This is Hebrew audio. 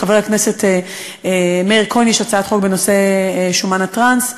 לחבר הכנסת מאיר כהן יש הצעת חוק בנושא שומן טראנס.